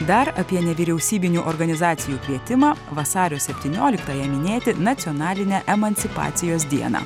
dar apie nevyriausybinių organizacijų kvietimą vasario septynioliktąją minėti nacionalinę emancipacijos dieną